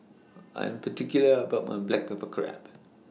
I'm particular about My Black Pepper Crab